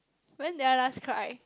when they are last cry